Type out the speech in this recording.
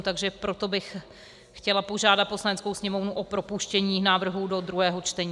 Takže proto bych chtěla požádat Poslaneckou sněmovnu o propuštění návrhu do druhého čtení.